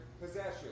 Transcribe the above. possession